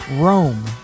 Rome